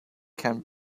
can